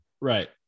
Right